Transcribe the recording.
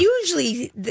Usually